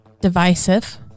divisive